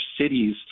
cities